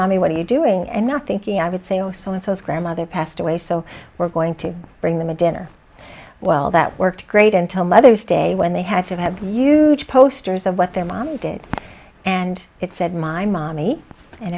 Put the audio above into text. mommy what are you doing and not thinking i would say oh so and so is grandmother passed away so we're going to bring them a dinner well that worked great until mother's day when they had to have you posters of what their mom did and it said my mommy and